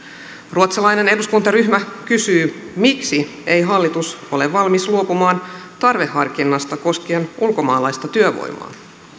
ruotsalainen eduskuntaryhmä kysyy miksi ei hallitus ole valmis luopumaan tarveharkinnasta koskien ulkomaalaista työvoimaa